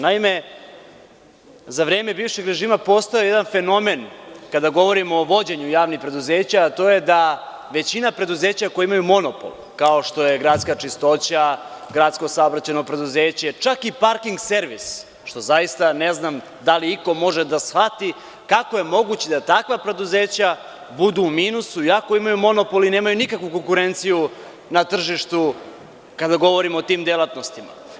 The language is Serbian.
Naime, za vreme bivšeg režima postojao je jedan fenomen, kada govorimo o vođenju javnih preduzeća, a to je da većina preduzeća koja imaju monopol, kao što je Gradska čistoća, GSP, čak i Parking servis, što zaista ne znam da li iko može da shvati, kako je moguće da takva preduzeća budu u minusu, iako imaju monopol i nemaju nikakvu konkurenciju na tržištu kada govorimo o tim delatnostima.